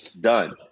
Done